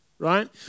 Right